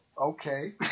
okay